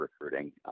recruiting